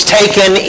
taken